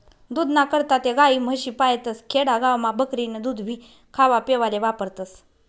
दूधना करता ते गायी, म्हशी पायतस, खेडा गावमा बकरीनं दूधभी खावापेवाले वापरतस